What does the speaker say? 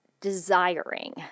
desiring